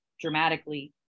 dramatically